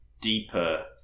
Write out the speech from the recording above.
deeper